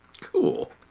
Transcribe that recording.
cool